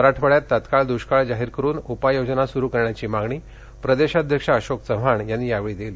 मराठवाड्यात तात्काळ दृष्काळ जाहीर करुन उपाययोजना सुरु करण्याची मागणी प्रदेशाध्यक्ष अशोक चव्हाण यांनी यावेळी केली